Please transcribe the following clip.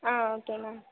ah okay ma'am